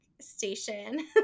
station